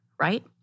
right